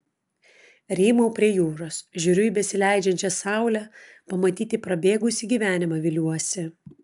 rymau prie jūros žiūriu į besileidžiančią saulę pamatyti prabėgusį gyvenimą viliuosi